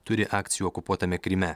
turi akcijų okupuotame kryme